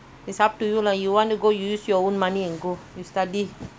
okay save save